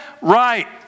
Right